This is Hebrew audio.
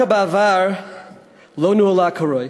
בעבר הקרקע לא נוהלה כראוי,